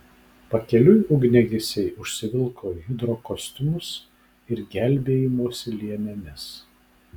pakeliui ugniagesiai užsivilko hidrokostiumus ir gelbėjimosi liemenes